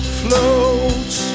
floats